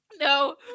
No